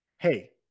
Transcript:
hey